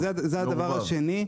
זה הדבר השני.